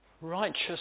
Righteous